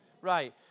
Right